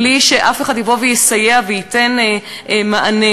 בלי שאף אחד יבוא ויסייע וייתן מענה.